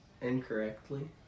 Incorrectly